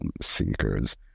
seekers